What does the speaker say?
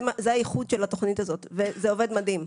זה הייחוד של התוכנית הזאת וזה עובד מדהים.